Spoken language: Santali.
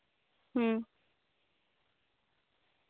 ᱦᱩᱸ